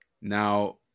now